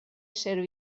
servir